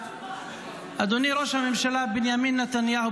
אדוני ראש הממשלה בנימין נתניהו,